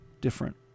different